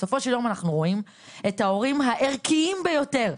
בסופו של יום אנחנו רואים את ההורים הערכיים ביותר,